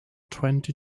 twenty